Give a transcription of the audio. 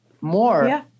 more